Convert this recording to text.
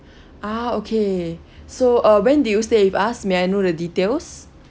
ah okay so uh when did you stay with us may I know the details